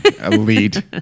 Elite